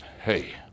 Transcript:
hey